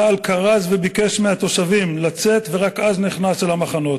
צה"ל כרז וביקש מהתושבים לצאת ורק אז נכנס אל המחנות.